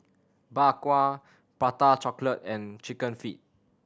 Bak Kwa Prata Chocolate and Chicken Feet